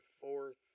fourth